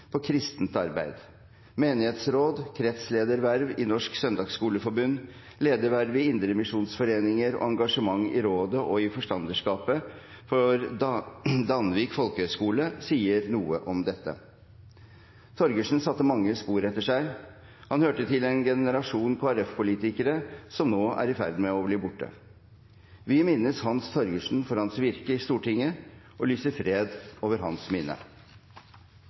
kristent arbeid. Menighetsråd, kretslederverv i Norsk Søndagsskoleforbund, lederverv i indremisjonsforeninger og engasjement i rådet og i forstanderskapet for Danvik Folkehøgskole sier noe om dette. Torgersen satte mange spor etter seg. Han hørte til en generasjon Kristelig Folkeparti-politikere som nå er i ferd med å bli borte. Vi minnes Hans Torgersen for hans virke i Stortinget og lyser fred over hans minne.